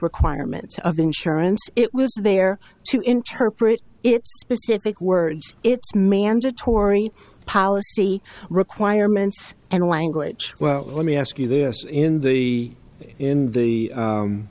requirements of insurance it was there to interpret it specific words it's mandatory policy requirements and language well let me ask you this in the in the